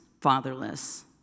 fatherless